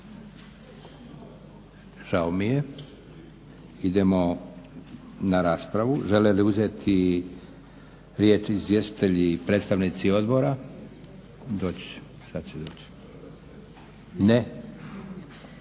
žao mi je. Idemo na raspravu. Žele li uzeti riječ izvjestitelji i predstavnici odbora? Ne. Otvaram raspravu. Nema